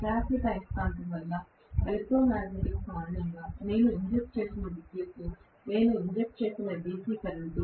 శాశ్వత అయస్కాంతం వల్ల లేదా ఎలక్ట్రో మాగ్నెట్ కారణంగా నేను ఇంజెక్ట్ చేసిన విద్యుత్ నేను ఇంజెక్ట్ చేసిన DC కరెంట్